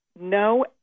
No